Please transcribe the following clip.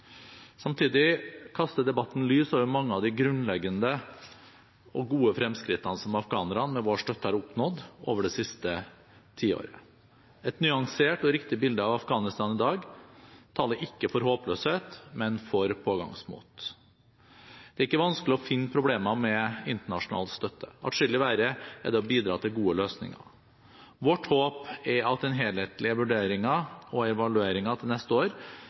Samtidig kaster debatten lys over mange av de grunnleggende og gode fremskrittene som afghanerne med vår støtte har oppnådd over det siste tiåret. Et nyansert og riktig bilde av Afghanistan i dag taler ikke for håpløshet, men for pågangsmot. Det er ikke vanskelig å finne problemer ved internasjonal støtte. Atskillig verre er det å bidra til gode løsninger. Vårt håp er at den helhetlige vurderingen og evalueringen til neste år